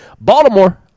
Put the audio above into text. Baltimore